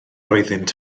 oeddynt